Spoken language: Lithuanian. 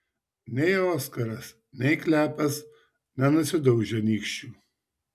nei oskaras nei klepas nenusidaužė nykščių